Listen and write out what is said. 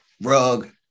rug